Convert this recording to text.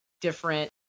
different